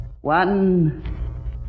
One